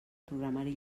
programari